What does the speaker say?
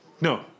No